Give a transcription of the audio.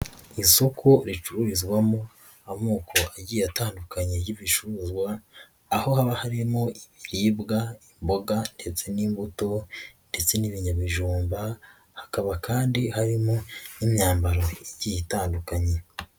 Isoko ricururizwamo amoko agiye atandukanye y'ibicuruzwa aho haba harimo ibiribwa, imboga ndetse n'imbuto ndetse n'ibinyamijumba, hakaba kandi harimo n'imyambaro igiye itandukanye.